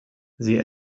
the